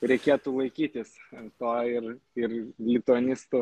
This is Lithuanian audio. reikėtų laikytis to ir ir lituanistų